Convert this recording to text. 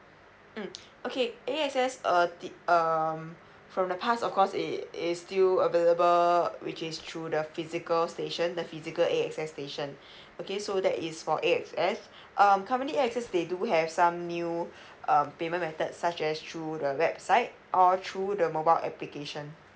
mm okay A S X err the um from the pass of course it is still available which is through the physical station the physical A S X station okay so that is for A S X um company A S X they do have some new um payment method such as through the website or through the mobile application